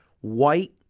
white